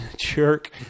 jerk